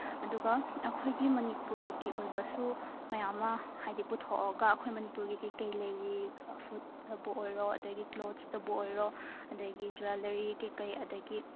ꯑꯗꯨꯒ ꯑꯩꯈꯣꯏꯒꯤ ꯃꯅꯤꯄꯨꯔꯒꯤ ꯑꯣꯏꯕꯁꯨ ꯃꯌꯥꯝꯃ ꯍꯥꯏꯗꯤ ꯄꯨꯊꯣꯛꯑꯒ ꯑꯩꯈꯣꯏ ꯃꯅꯤꯄꯨꯔꯒꯤ ꯀꯩ ꯀꯩ ꯂꯩꯔꯤ ꯐꯨꯗꯇꯕꯨ ꯑꯣꯏꯔꯣ ꯑꯗꯒꯤ ꯀ꯭ꯂꯣꯠ꯭ꯁꯇꯕꯨ ꯑꯣꯏꯔꯣ ꯑꯗꯒꯤ ꯖ꯭ꯋꯦꯂꯦꯔꯤ ꯀꯩ ꯀꯩ ꯑꯗꯒꯤ